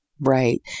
Right